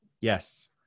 Yes